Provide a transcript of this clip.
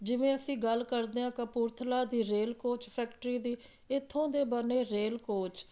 ਜਿਵੇਂ ਅਸੀਂ ਗੱਲ ਕਰਦੇ ਹਾਂ ਕਪੂਰਥਲਾ ਦੀ ਰੇਲ ਕੋਚ ਫੈਕਟਰੀ ਦੀ ਇੱਥੋਂ ਦੇ ਬਣੇ ਰੇਲ ਕੋਚ